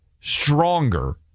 stronger